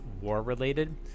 war-related